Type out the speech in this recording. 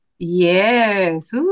Yes